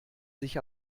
sich